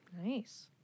Nice